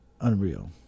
Unreal